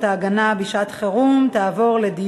ההגנה (שעת-חירום) (ביטול תקנות),